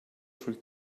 sul